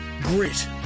Grit